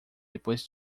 depois